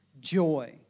joy